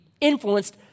influenced